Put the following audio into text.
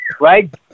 right